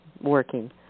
working